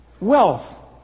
wealth